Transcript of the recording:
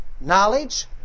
knowledge